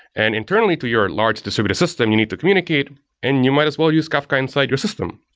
and internally to your large distributed system, you need to communicate and you might as well use kafka inside your system,